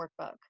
workbook